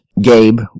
Gabe